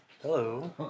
Hello